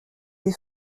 des